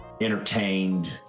entertained